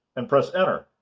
and press enter.